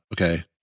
okay